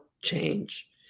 change